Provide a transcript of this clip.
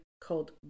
called